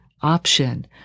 option